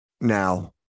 Now